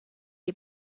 est